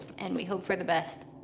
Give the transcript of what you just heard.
and we hope for the best.